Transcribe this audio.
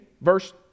verse